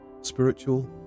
Spiritual